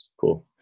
Cool